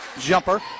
Jumper